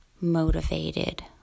motivated